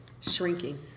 Shrinking